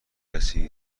کسی